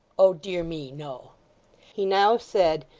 oh dear me! no he now said,